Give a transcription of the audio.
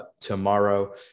tomorrow